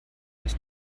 dass